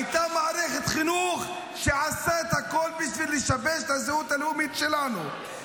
הייתה מערכת חינוך שעשתה את הכול בשביל לשבש את הזהות הלאומית שלנו.